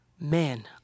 Man